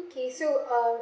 okay so uh